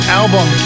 album